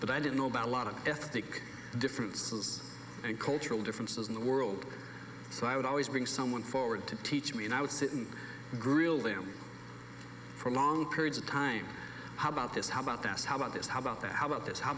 but i didn't know about a lot of ethnic differences and cultural differences in the world so i would always bring someone forward to teach me and i would sit and grill them for long periods of time how about this how about this how about this how about this how about this how